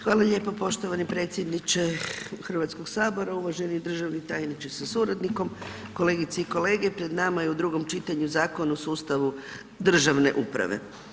Hala lijepo poštovani predsjedniče Hrvatskog sabora, uvaženi državni tajniče sa suradnikom, kolegice i kolege, pred nama je u drugom čitanju Zakon o sustavu državne uprave.